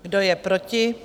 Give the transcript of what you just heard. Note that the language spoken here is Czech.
Kdo je proti?